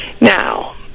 Now